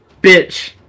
bitch